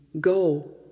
Go